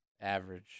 Average